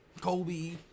Kobe